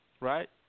right